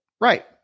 Right